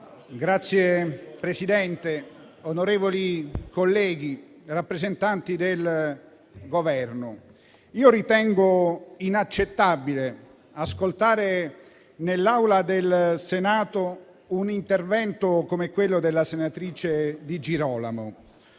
Presidente, onorevoli colleghi, rappresentanti del Governo, ritengo inaccettabile ascoltare nell'Aula del Senato un intervento come quello della senatrice Di Girolamo,